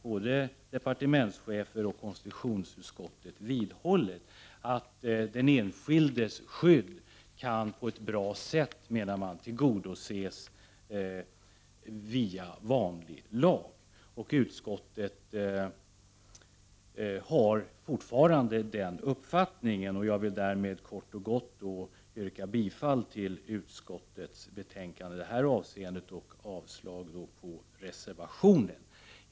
Både departementschefer och konstitutionsutskottet har sedan vidhållit uppfattningen att den enskildes skydd på ett bra sätt kan tillgodoses via vanlig lag. Utskottet har fortfarande den uppfattningen, och jag vill därmed kort och gott yrka bifall till utskottets hemställan i detta avseende och avslag på reservationen.